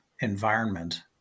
environment